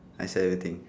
I sell everything